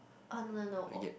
orh no no no oh